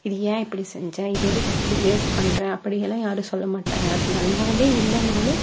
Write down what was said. இது ஏன் இப்படி செஞ்சே இது எதுக்கு இப்படி வேஸ்ட் பண்ணுறே அப்படியெல்லாம் யாரும் சொல்ல மாட்டாங்க அது நல்லாவே இல்லைனாலும்